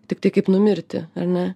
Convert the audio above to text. tiktai kaip numirti ar ne